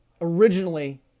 originally